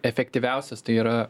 efektyviausias tai yra